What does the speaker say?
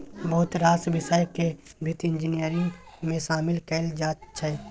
बहुत रास बिषय केँ बित्त इंजीनियरिंग मे शामिल कएल जाइ छै